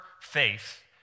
faith